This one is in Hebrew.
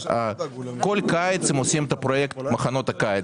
בכל קיץ הם עושים פרויקט של מחנות קיץ,